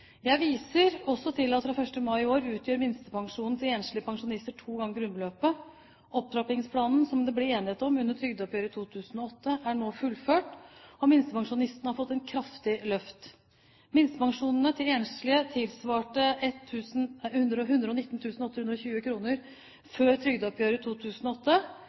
Jeg viser også til at fra 1. mai i år utgjør minstepensjonen til enslige pensjonister to ganger grunnbeløpet. Opptrappingsplanen som det ble enighet om under trygdeoppgjøret i 2008, er nå fullført, og minstepensjonistene har fått et kraftig løft. Minstepensjonen til enslige tilsvarte 119 820 kr før trygdeoppgjøret i 2008.